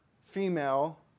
female